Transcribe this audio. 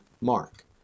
mark